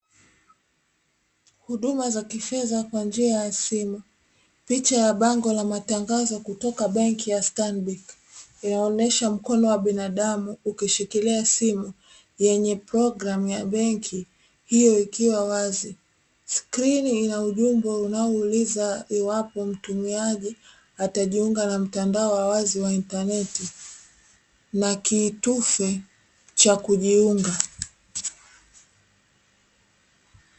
huduma za kifedha kwa njia ya simu, picha ya bango ya matangazo kutoka benki ya Stanbic inaonyesha mkono wa binadamu ukishikilia simu yenye programu ya benki hiyo ikiwa wazi. Skrini ina ujumbe unaouliza iwapo mtumiaji atajiunga na mtandao wa wazi wa intaneti na kitufe cha kujiunga.